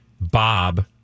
Bob